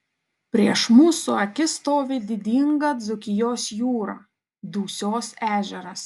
prieš mūsų akis stovi didinga dzūkijos jūra dusios ežeras